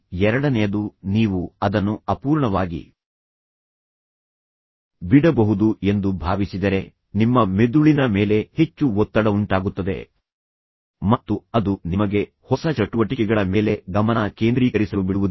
ಎರಡನೆಯದು ನೀವು ಅದನ್ನು ಅಪೂರ್ಣವಾಗಿ ಬಿಡಬಹುದು ಎಂದು ಭಾವಿಸಿದರೆ ನಿಮ್ಮ ಮೆದುಳಿನ ಮೇಲೆ ಹೆಚ್ಚು ಒತ್ತಡವುಂಟಾಗುತ್ತದೆ ಮತ್ತು ಅದು ನಿಮಗೆ ಹೊಸ ಚಟುವಟಿಕೆಗಳ ಮೇಲೆ ಗಮನ ಕೇಂದ್ರೀಕರಿಸಲು ಬಿಡುವುದಿಲ್ಲ